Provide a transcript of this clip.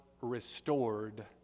restored